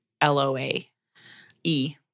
L-O-A-E